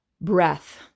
breath